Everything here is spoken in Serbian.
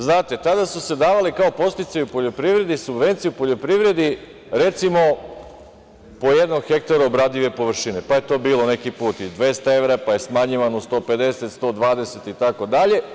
Znate, tada su se davali kao podsticaji u poljoprivredi subvencije u poljoprivredi recimo po jednom hektaru obradive površine pa je to bilo neki put i 200 evra, pa je smanjivano na 150, 120 evra itd.